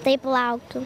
taip laukiu